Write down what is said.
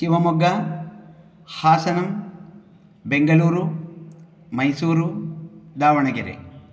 शिवमोग्गा हासनं बेङ्गलुरु मैसुरु दावणगेरे